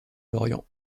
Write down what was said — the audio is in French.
lorient